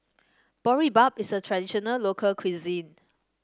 boribap is a traditional local cuisine